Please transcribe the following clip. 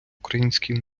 українській